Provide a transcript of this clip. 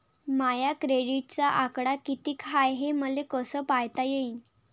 माया क्रेडिटचा आकडा कितीक हाय हे मले कस पायता येईन?